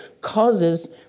causes